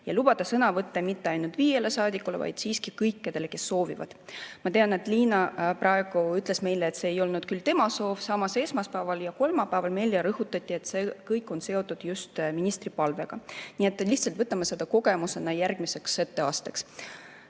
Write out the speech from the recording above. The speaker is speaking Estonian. ja lubada sõnavõtte mitte ainult viiele saadikule, vaid siiski kõikidele, kes soovivad. Ma tean, et Liina praegu ütles meile, et see ei olnud küll tema soov, samas esmaspäeval ja kolmapäeval meile rõhutati, et see kõik on seotud just ministri palvega. Nii et lihtsalt võtame seda kogemusena järgmiseks etteasteks.